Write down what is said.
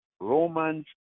Romans